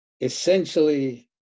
essentially